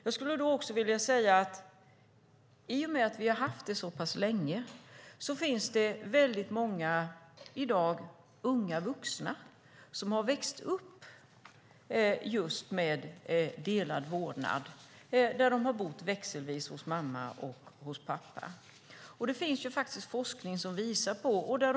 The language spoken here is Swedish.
Jag skulle också vilja säga att i och med att vi har haft detta så pass länge finns det i dag många unga vuxna som har växt upp just med delad vårdnad och har bott växelvis hos mamma och hos pappa. Det finns forskning om det.